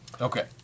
Okay